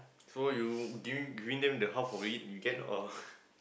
so you giving giving them the half of it you get or